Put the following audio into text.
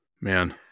Man